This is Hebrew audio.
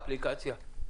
האפליקציה.